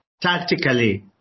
tactically